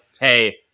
Hey